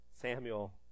Samuel